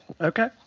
okay